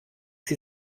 sie